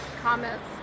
comments